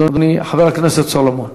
אדוני, חבר הכנסת סולומון.